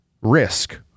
risk